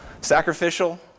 sacrificial